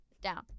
Down